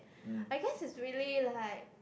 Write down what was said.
I guess is really like